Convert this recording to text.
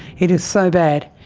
it is so bad,